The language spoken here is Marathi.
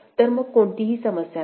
तर मग कोणतीही समस्या नाही